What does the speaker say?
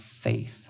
faith